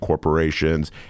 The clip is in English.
corporations